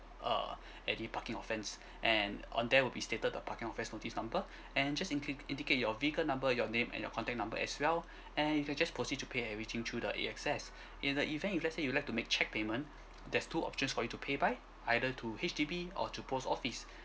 err at the parking offence and on there will be stated the parking offence notice number and just indi~ indicate your vehicle number your name and your contact number as well and you can just proceed to pay everything through the A_X_S in the event if let's say you like to make cheque payment there's two options for you to pay by either to H_D_B or to post office